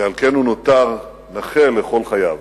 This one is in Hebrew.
ועל כן הוא נותר נכה לכל חייו.